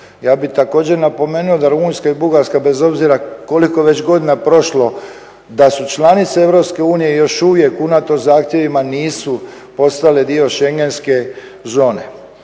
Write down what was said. Ja bih također napomenuo da Rumunjska i Bugarska bez obzira koliko već godina prošlo da su članice Europske unije i još uvijek unatoč zahtjevima nisu postale dio schengenske zone.